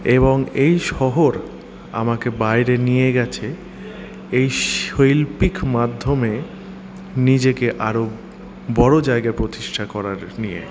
এবং এই শহর আমাকে বাইরে নিয়ে গেছে এই শৈল্পিক মাধ্যমে নিজেকে আরও বড়ো জায়গায় প্রতিষ্ঠা করার নিয়ে